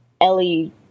Ellie